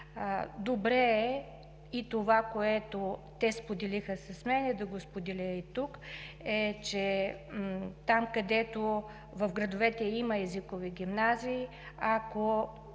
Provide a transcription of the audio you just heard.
Добре е това, което те споделиха с мен, да го споделя и тук – където в градовете има езикови гимназии, ако